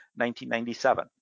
1997